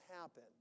happen